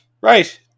Right